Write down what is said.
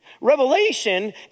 Revelation